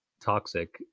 toxic